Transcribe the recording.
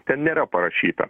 ten nėra parašyta